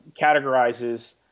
categorizes